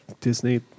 Disney